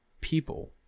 people